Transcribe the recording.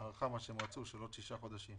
ההארכה לעוד שישה חודשים